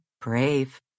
brave